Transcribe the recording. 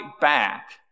back